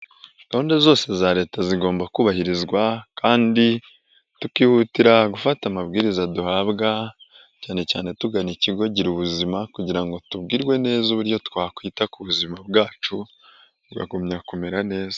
Gahunda zose za Leta zigomba kubahirizwa kandi tukihutira gufata amabwiriza duhabwa, cyane cyane tugana ikigo Girubuzima kugira ngo tubwirwe neza uburyo twakwita ku buzima bwacu bukagumya kumera neza.